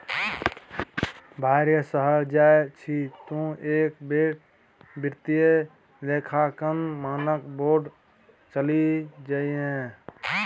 भाय रे शहर जाय छी तँ एक बेर वित्तीय लेखांकन मानक बोर्ड चलि जइहै